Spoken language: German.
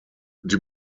die